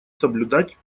соблюдать